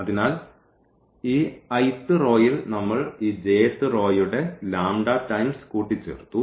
അതിനാൽ ഈ i th റോയിൽ നമ്മൾ ഈ j th റോയുടെ λ ടൈംസ് കൂട്ടിച്ചേർത്തു